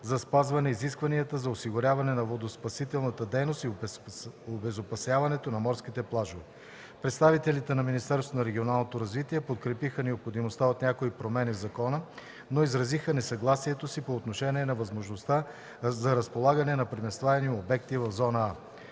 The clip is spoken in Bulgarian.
за спазване изискванията за осигуряване на водноспасителната дейност и обезопасяването на морските плажове. Представителите на Министерството на регионалното развитие подкрепиха необходимостта от някои промени в закона, но изразиха несъгласието си по отношение на възможността за разполагане на преместваеми обекти в зона „А”.